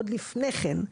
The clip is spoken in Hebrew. עוד לפני כן,